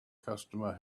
customer